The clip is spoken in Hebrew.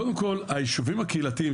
קודם כל היישובים הקהילתיים,